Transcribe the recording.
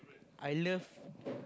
I love